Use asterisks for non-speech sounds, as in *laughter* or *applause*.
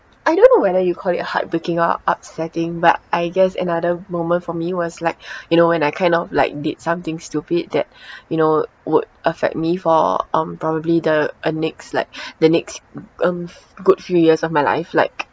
I don't know whether you call it a heartbreaking or upsetting but I guess another moment for me was like *breath* you know when I kind of like did something stupid that *breath* you know would affect me for um probably the uh next like the next um good few years of my life like